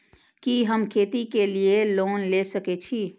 कि हम खेती के लिऐ लोन ले सके छी?